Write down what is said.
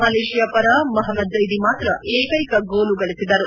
Malaysia ಪರ Mohammad Zaidi ಮಾತ್ರ ಏಕೈಕ ಗೋಲು ಗಳಿಸಿದರು